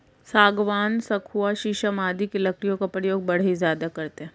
सागवान, सखुआ शीशम आदि की लकड़ियों का प्रयोग बढ़ई ज्यादा करते हैं